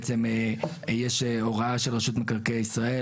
בעצם יש הוראה של רשות מקרקעי ישראל,